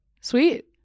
Sweet